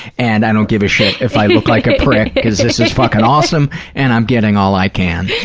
and i don't give a shit if i look like a prick because this is fucking awesome and i'm getting all i can.